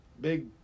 big